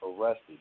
arrested